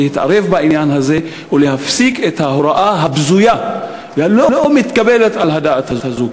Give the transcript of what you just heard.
להתערב בעניין הזה ולהפסיק את ההוראה הבזויה והלא-מתקבלת על הדעת הזאת,